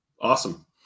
Awesome